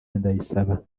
ndayisaba